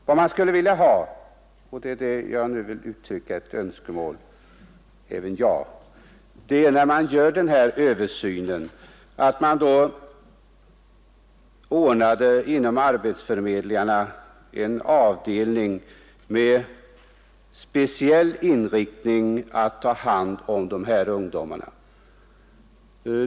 Vad man skulle vilja — och det är det jag nu vill uttrycka önskemål om — är att man, när man gör den här översynen, inom arbetsförmedlingarna ordnade en avdelning med speciell inriktning att ta hand om de här ungdomarna.